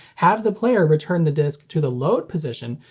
have the player return the disc to the load position,